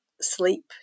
sleep